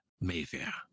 Mayfair